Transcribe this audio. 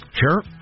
Sure